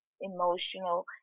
emotional